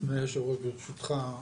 אדוני היושב-ראש, ברשותך,